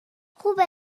خوبه